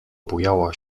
bujała